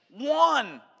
one